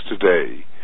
today